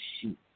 shoot